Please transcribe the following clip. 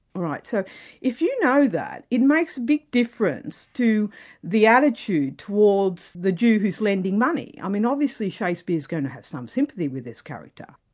so if you know that, it makes a big difference to the attitude towards the jew who's lending money. i mean obviously shakespeare's going to have some sympathy with this character.